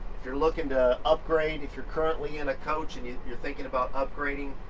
if you're looking to upgrade, if you're currently in a coach and yeah you're thinking about upgrading,